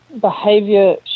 behavior